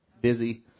busy